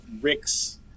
Rick's